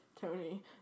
Tony